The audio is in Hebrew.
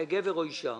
גבר או אישה,